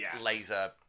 laser